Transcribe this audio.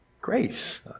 Grace